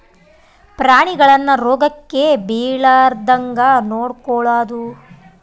ಪ್ರಾಣಿಗಳನ್ನ ರೋಗಕ್ಕ ಬಿಳಾರ್ದಂಗ ನೊಡಕೊಳದು